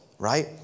Right